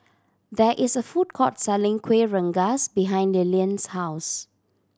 there is a food court selling Kuih Rengas behind Lillian's house